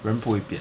人不会变